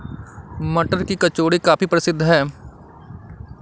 मटर की कचौड़ी काफी प्रसिद्ध है